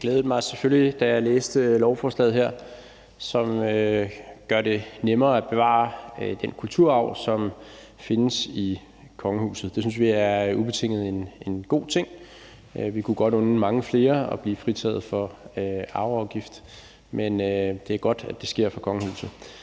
Jeg glædede mig selvfølgelig, da jeg læste lovforslaget, som gør det nemmere at bevare den kulturarv, som findes i kongehuset. Det synes vi ubetinget er en god ting. Vi kunne godt unde mange flere at blive fritaget for arveafgift, men det er godt, at det sker for kongehuset.